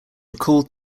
recalled